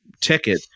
ticket